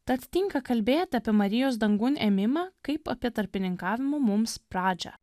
tad tinka kalbėt apie marijos dangun ėmimą kaip apie tarpininkavimo mums pradžią